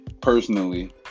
personally